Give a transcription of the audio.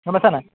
গম পাইছা নাই